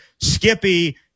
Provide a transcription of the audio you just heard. Skippy